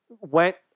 went